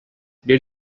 did